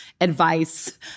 advice